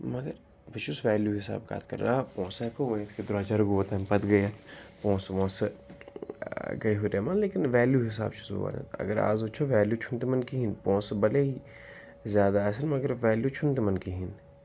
مگر بہٕ چھُس ویلیوٗ حِساب کَتھ کَران آ پونٛسہٕ ہٮ۪کو ؤنِتھ کہِ درٛوجر گوٚو تَمہِ پَتہٕ گٔے اَتھ پونٛسہٕ وونٛسہٕ گٔے ہُریمان لیکِن ویلیوٗ حِساب چھُس بہٕ وَنان اگر آز وٕچھو ویلیوٗ چھُنہٕ تِمَن کِہیٖنۍ پونٛسہٕ بَلے زیادٕ آسَن مگر ویلیوٗ چھُنہٕ تِمَن کِہیٖنۍ